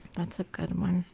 that's a good one.